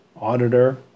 auditor